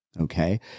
Okay